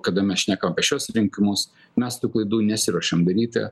kada mes šnekam apie šiuos rinkimus mes tų klaidų nesiruošiam daryti